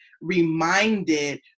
reminded